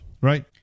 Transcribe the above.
right